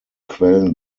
quellen